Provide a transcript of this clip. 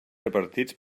repartits